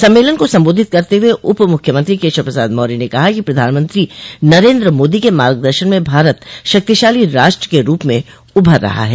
सम्मेलन को संबोधित करते हुए उप मुख्यमंत्री केशव प्रसाद मौर्य ने कहा कि प्रधानमंत्री नरेन्द्र मोदी के मार्गदर्शन में भारत शक्तिशाली राष्ट्र के रूप में उभर रहा है